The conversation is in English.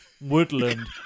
woodland